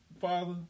father